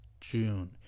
June